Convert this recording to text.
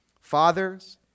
Fathers